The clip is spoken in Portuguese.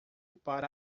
para